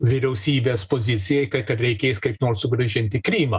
vyriausybės pozicijai kad kad reikės kaip nors sugrąžinti krymą